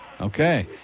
Okay